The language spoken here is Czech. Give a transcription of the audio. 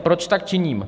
Proč tak činím?